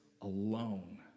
alone